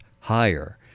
higher